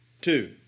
Two